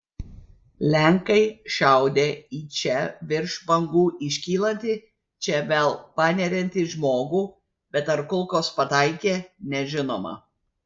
lenkai šaudę į čia virš bangų iškylantį čia vėl paneriantį žmogų bet ar kulkos pataikė nežinoma